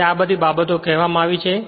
હવે આ બધી બાબતો કહેવામાં આવી છે